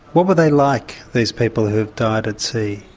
what were they like, these people who have died at sea?